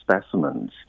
specimens